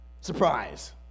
Surprise